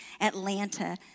Atlanta